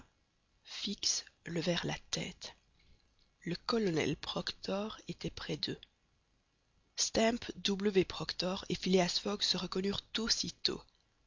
fix levèrent la tête le colonel proctor était près d'eux stamp w proctor et phileas fogg se reconnurent aussitôt